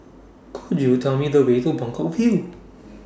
Could YOU Tell Me The Way to Buangkok View